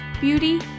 beauty